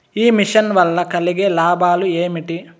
ఈ మిషన్ వల్ల కలిగే లాభాలు ఏమిటి?